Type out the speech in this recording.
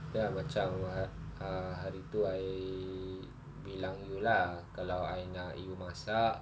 then I macam I uh hari itu I bilang you lah kalau I nak you masak